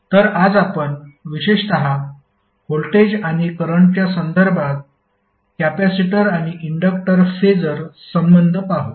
तर आज आपण विशेषत व्होल्टेज आणि करंटच्या संदर्भात कॅपेसिटर आणि इंडक्टर फेसर संबंध पाहू